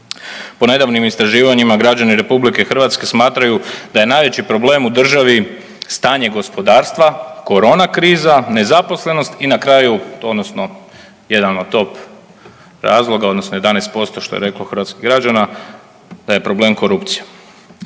Po nedavnim istraživanjima građani RH smatraju da je najveći problem u državi stanje gospodarstva, korona kriza, nezaposlenost i na kraju odnosno jedan od top razloga odnosno 11% što je reklo hrvatskih građana da je problem korupcija.